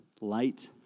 Light